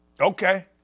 Okay